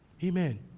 Amen